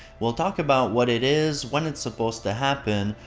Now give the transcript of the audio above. we'll talk about what it is, when it's supposed to happen,